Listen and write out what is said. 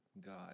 God